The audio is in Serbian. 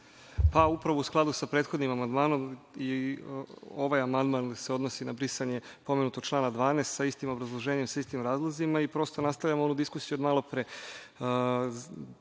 Upravo u skladu sa prethodnim amandmanom i ovaj amandman se odnosi na brisanje pomenutog člana 12. sa istim obrazloženjem, sa istim razlozima i prosto nastavljamo onu diskusiju od malopre. To